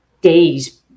days